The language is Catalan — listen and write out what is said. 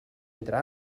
entre